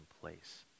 place